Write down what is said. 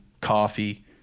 coffee